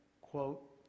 quote